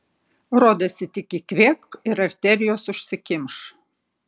rodėsi tik įkvėpk ir arterijos užsikimš